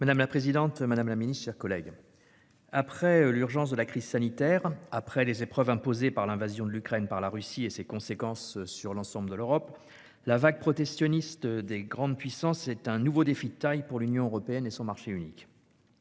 La parole est à M. Didier Marie. Après l'urgence de la crise sanitaire, après les épreuves imposées par l'invasion de l'Ukraine par la Russie et ses conséquences sur l'ensemble de l'Europe, la vague protectionniste des grandes puissances est un nouveau défi de taille pour l'Union européenne et son marché unique.